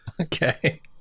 Okay